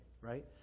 right